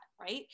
Right